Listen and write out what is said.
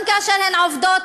גם כשהן עובדות,